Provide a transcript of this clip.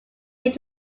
did